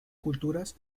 culturas